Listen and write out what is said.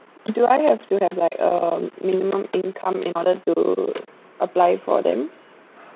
do I have still have like a minimum income in order to apply for them